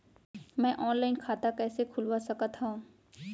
मैं ऑनलाइन खाता कइसे खुलवा सकत हव?